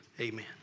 Amen